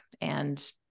and-